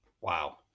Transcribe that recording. Wow